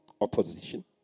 opposition